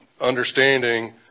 understanding